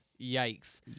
Yikes